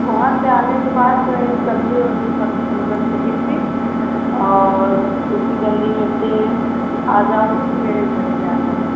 वहाँ से आने के बाद में एक गली होगी पत मतलब छोटी सी और बस उसी गली में से आ जाओगी तो मेरे घर ही आ जाओगी